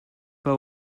pas